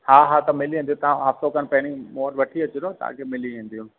हा हा त मिली वेंदी तव्हां हफ्तो खनि पहिरियों मूं वटि वठी अचजो तव्हांखे मिली वेंदियूंं